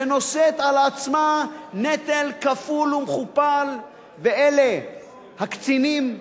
שנושאת על עצמה נטל כפול ומכופל, ואלה הקצינים,